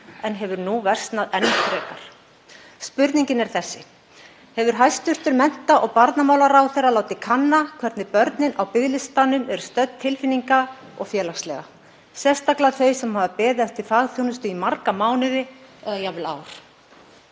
en hefur nú versnað enn frekar. Spurningin er þessi: Hefur hæstv. mennta- og barnamálaráðherra látið kanna hvernig börnin á biðlistunum er stödd tilfinninga- og félagslega, sérstaklega þau sem hafa beðið eftir fagþjónustu í marga mánuði eða jafnvel ár?